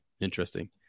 interesting